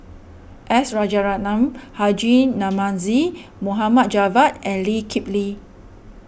S Rajaratnam Haji Namazie Javad and Lee Kip Lee